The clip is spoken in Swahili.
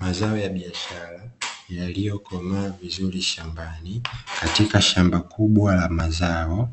Mazao ya biashara, yaliyokomaa vizuri shambani katika shamba kubwa la mazao,